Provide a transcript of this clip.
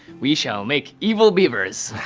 we shall make evil beavers.